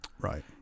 right